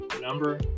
number